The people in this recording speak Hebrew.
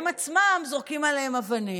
והם עצמם זורקים עליהם אבנים.